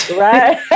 Right